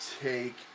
take